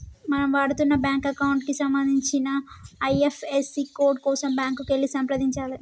మనం వాడుతున్న bank account కి సంబంధించిన ఐ.ఎఫ్.ఎస్.సి కోడ్ కోసం బ్యాంకుకి వెళ్లి సంప్రదించాలే